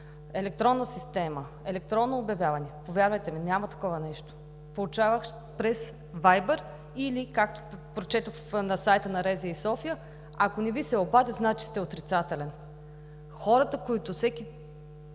електронна система, електронно обявяване, повярвайте ми, няма такова нещо. Получаваш през Вайбър или, както прочетох на сайта на РЗИ-София, ако не Ви се обадят, значи сте отрицателен. Хората – всеки,